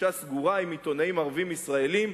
בפגישה סגורה עם עיתונאים ערבים ישראלים: